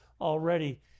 already